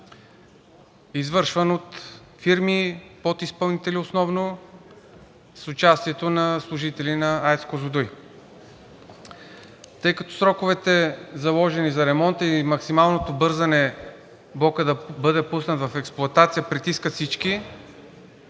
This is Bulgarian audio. извършван от фирми – подизпълнители основно, с участието на служители на АЕЦ „Козлодуй“. Тъй като сроковете, заложени за ремонта, и максималното бързане блокът да бъде пуснат в експлоатация притискат всички,